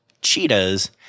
cheetahs